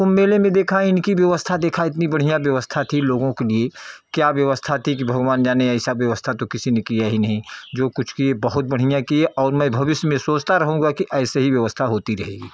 कुम्भ मेले में देखा है इनकी व्यवस्था देखा इतनी बढ़िया व्यवस्था थी लोगों के लिए क्या व्यवस्था थी कि भगवान जाने ऐसा व्यवस्था तो किसी ने किया ही नहीं जो कुछ किए बहुत बढ़िया किए और मैं भविष्य में ये सोचता रहूँगा कि ऐसे ही व्यवस्था होती रहे